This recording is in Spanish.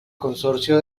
consorcio